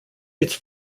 its